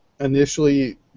Initially